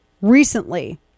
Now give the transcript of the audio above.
recently